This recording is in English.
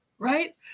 right